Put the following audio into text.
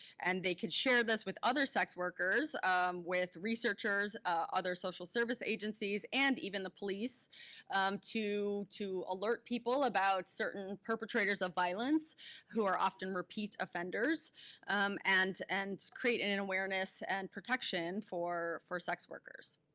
and they can share this with other sex workers with researchers, other social service agencies, and even the police to to alert people about certain perpetrators of violence who are often repeat offenders and and create an awareness and protection for for sex workers.